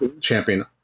champion